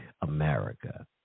America